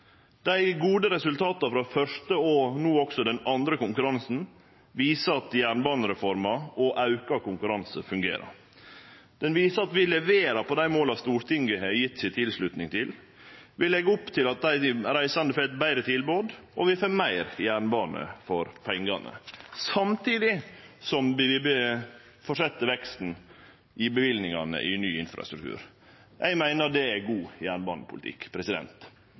Dei gode resultata frå første og no også den andre konkurransen viser at jernbanereforma og auka konkurranse fungerer. Det viser at vi leverer på dei måla Stortinget har gjeve si tilslutning til. Vi legg opp til at dei reisande får eit betre tilbod, og at vi får meir jernbane for pengane, samtidig som vi fortset veksten i løyvingane til ny infrastruktur. Eg meiner det er god jernbanepolitikk.